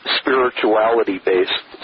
spirituality-based